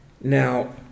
Now